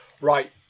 Right